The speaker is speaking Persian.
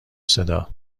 صدا